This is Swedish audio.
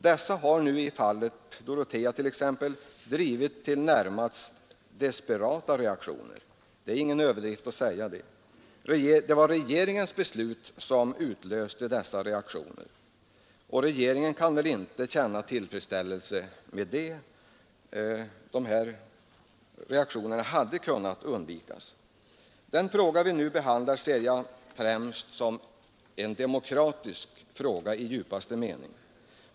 Dessa har nu i fallet Dorotea vidtagit desperata aktioner — det är ingen överdrift att säga det. Det var regeringens beslut som utlöste dessa reaktioner. Den fråga vi nu behandlar ser jag närmast som en fråga om demokrati i djupaste mening.